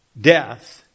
Death